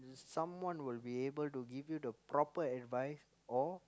someone will be able to give you the proper advice or